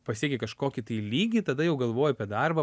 pasieki kažkokį tai lygį tada jau galvoji apie darbą